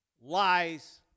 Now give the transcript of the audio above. lies